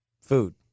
food